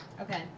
Okay